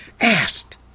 asked